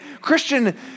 Christian